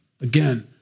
Again